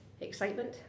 excitement